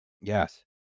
Yes